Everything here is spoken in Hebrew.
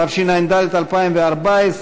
התשע"ד 2014,